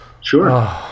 Sure